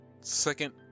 Second